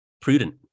prudent